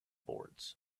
boards